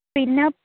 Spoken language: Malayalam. പിന്നെ